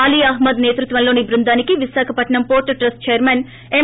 ఆలీ అహ్మద్ నేతృత్వంలోని బృందానికి Visakhapatnam port trust chairman ఎం